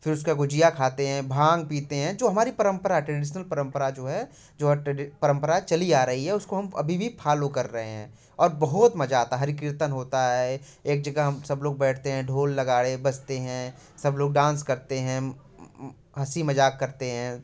फिर उसका गुझिया खाते हैं भांग पीते हैं जो हमारी परंपरा ट्रेडिशनल परंपरा जो है जो परंपरा जो चली आ रही है उसको हम अभी भी फालो कर रहे हैं और बहुत मजा आता है हरि कीर्तन होता है एक जगह हम सब लोग बैठते हैं ढोल नगाड़े बजते हैं सब लोग डांस करते हैं हंसी मजाक करते हैं